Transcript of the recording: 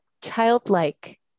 childlike